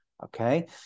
okay